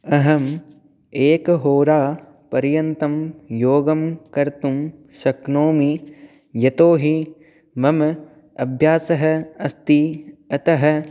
अहम् एकहोरा पर्यन्तं योगं कर्तुं शक्नोमि यतोहि मम अभ्यासः अस्ति अतः